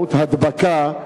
באמצעות הדבקה,